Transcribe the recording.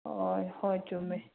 ꯍꯣꯏ ꯍꯣꯏ ꯆꯨꯝꯃꯦ